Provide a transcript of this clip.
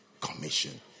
Commission